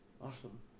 Awesome